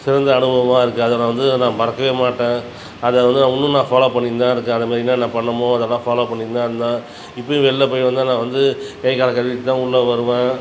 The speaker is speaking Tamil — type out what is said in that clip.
சிறந்த அனுபவமாக இருக்குது அதை நான் வந்து மறக்கவே மாட்டேன் அதை வந்து இன்னும் நான் ஃபாலோ பண்ணின்னு தான் இருக்கேன் அதை மாரி என்னான்ன பண்ணுனமோ அதல்லாம் ஃபாலோ பண்ணின்னு தான் இருந்தேன் இப்பவும் வெளியில் போய் வந்தால் நான் வந்து கைகாலை கழுவிட்டு தான் உள்ளே வருவேன்